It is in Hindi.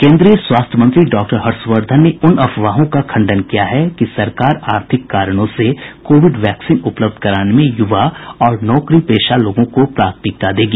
केन्द्रीय स्वास्थ्य मंत्री डॉक्टर हर्षवर्धन ने उन अफवाहों का खंडन किया है कि सरकार आर्थिक कारणों से कोविड वैक्सीन उपलब्ध कराने में यूवा और नौकरीपेशा लोगों को प्राथमिकता देगी